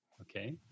Okay